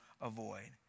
avoid